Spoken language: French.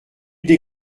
des